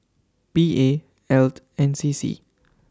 P A Eld and C C